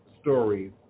stories